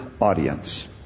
audience